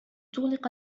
تغلق